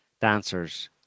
dancers